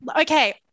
okay